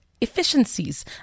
efficiencies